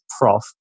Prof